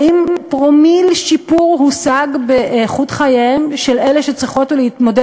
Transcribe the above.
האם פרומיל שיפור הושג באיכות חייהן של אלה שצריכות להתמודד